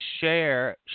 share